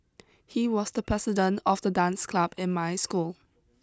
he was the president of the dance club in my school